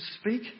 speak